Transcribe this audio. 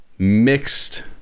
mixed